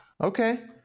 Okay